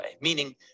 meaning